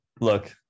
Look